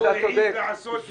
אף גוף לא העז לעשו את זה.